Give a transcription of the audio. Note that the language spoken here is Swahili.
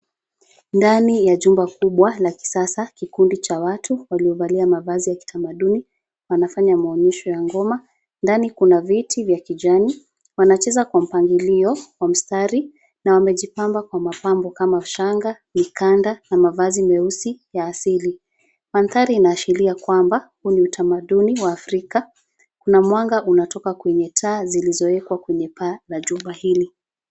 Ndani ya jumba kubwa la kisasa kikundi cha watu waliovalia mavazi ya kitamaduni wanafanya maonyesho ya ngoma. Ndani kuna viti vya kijani. Wanacheza kwa mpangilio wa mstari na wamejipamba kwa mapambo kama shanga ,mikanda na mavazi meusi ya asili. Mandhari inaashiria kwamba huu ni utamaduni wa Afrika, na mwanga unatoka kwenye taa zilizowekwa kwenye paa la nyumba hili.